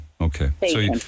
okay